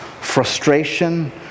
frustration